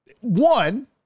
One